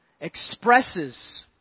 expresses